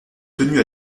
tenu